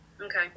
Okay